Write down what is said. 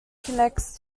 connects